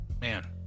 man